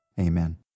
Amen